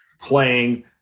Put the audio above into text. playing